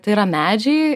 tai yra medžiai